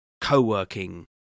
co-working